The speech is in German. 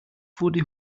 wurde